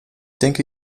denke